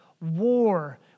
war